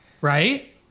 Right